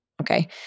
Okay